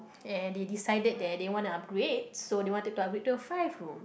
and they decided that they wanna upgrade so they wanted to upgrade to a five room